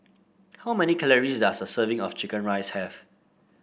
how many calories does a serving of chicken rice have